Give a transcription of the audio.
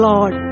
Lord